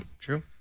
True